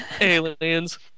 Aliens